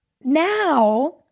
now